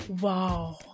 wow